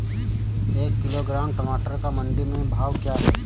एक किलोग्राम टमाटर का मंडी में भाव क्या है?